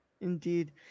Indeed